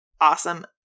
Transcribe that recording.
awesome